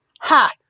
Ha